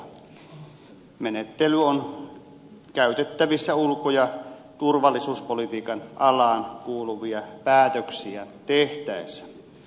menettely on käytettävissä ulko ja turvallisuuspolitiikan alaan kuuluvia päätöksiä tehtäessä